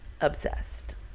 Obsessed